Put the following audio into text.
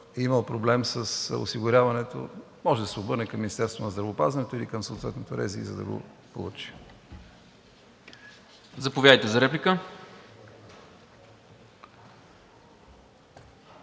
имал проблем с осигуряването, може да се обърне към Министерството на здравеопазването или към съответното РЗИ, за да го получи.